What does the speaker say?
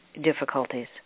difficulties